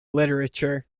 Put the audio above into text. literature